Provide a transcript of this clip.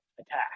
attack